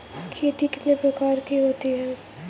खेती कितने प्रकार की होती है?